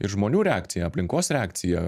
ir žmonių reakcija aplinkos reakcija